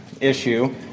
issue